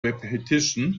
repetition